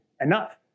enough